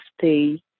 stay